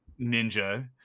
ninja